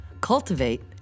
cultivate